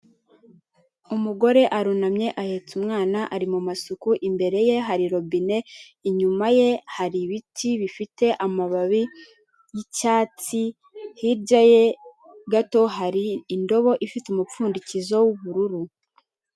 Umugore arunamye ahetse umwana ari mu masuku, imbere ye hari robine, inyuma ye hari ibiti bifite amababi y'icyatsi, hirya ye gato hari indobo ifite umupfundikizo w'ubururu.